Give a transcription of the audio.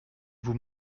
vous